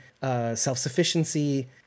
self-sufficiency